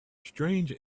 strange